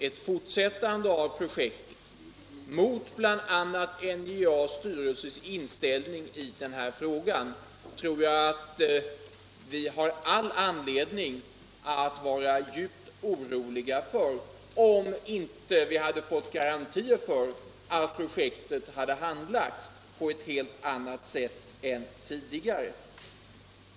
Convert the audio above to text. Ett fortsättande av Stålverk 80-projektet, mot bl.a. NJA-styrelsens inställning i den här frågan, tror jag att vi skulle haft all anledning att vara djupt oroliga för, om vi inte hade fått garantier för att projektet hade handlagts på ett helt annat sätt än tidigare.